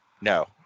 No